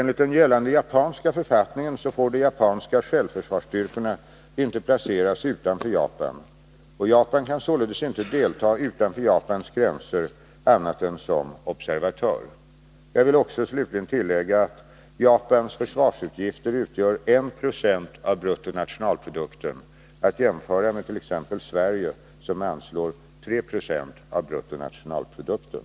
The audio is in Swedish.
Enligt den gällande japanska författningen får de japanska självförsvarsstyrkorna inte placeras utanför Japan. Japan kan således inte delta utanför Japans gränser annat än som observatör. Jag vill slutligen tillägga att Japans försvarsutgifter utgör 170 av bruttonationalprodukten, att jämföra med t.ex. Sverige, som anslår 3 90 av bruttonationalprodukten.